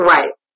Right